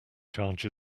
charge